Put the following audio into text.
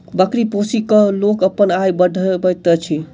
बकरी पोसि क लोक अपन आय बढ़बैत अछि